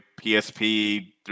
PSP